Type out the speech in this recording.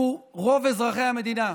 שהוא רוב אזרחי המדינה,